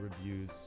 reviews